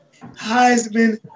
Heisman